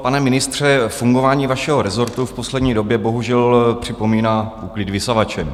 Pane ministře, fungování vašeho rezortu v poslední době bohužel připomíná úklid vysavačem.